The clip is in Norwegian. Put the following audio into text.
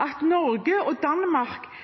At Norge og Danmark